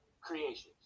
creations